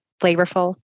flavorful